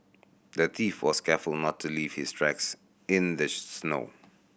the thief was careful not to leave his tracks in the snow